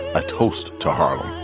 a toast to harlem,